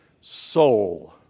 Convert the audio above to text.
soul